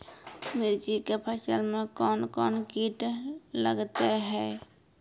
मिर्ची के फसल मे कौन कौन कीट लगते हैं?